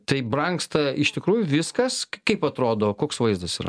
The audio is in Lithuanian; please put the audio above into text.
tai brangsta iš tikrųjų viskas kaip atrodo koks vaizdas yra